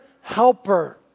helper